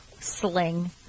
sling